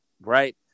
right